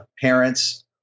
parents